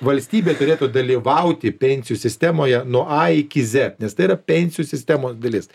valstybė turėtų dalyvauti pensijų sistemoje nuo a iki zė nes tai yra pensijų sistemos dalis